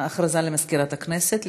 הודעה למזכירת הכנסת,